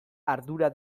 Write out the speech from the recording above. ardura